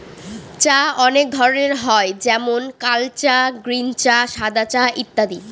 চা অনেক ধরনের হয় যেমন কাল চা, গ্রীন চা, সাদা চা ইত্যাদি